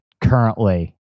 currently